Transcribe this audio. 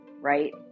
right